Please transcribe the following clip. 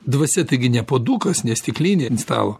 dvasia taigi ne puodukas ne stiklinė ant stalo